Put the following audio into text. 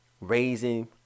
raising